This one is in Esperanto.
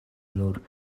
nur